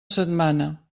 setmana